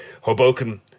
Hoboken